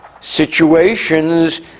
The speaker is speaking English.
situations